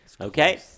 Okay